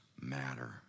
matter